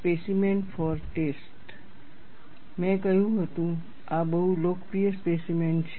specimen for test મેં કહ્યું હતું આ બહુ લોકપ્રિય સ્પેસીમેન છે